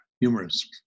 humorous